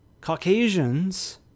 Caucasians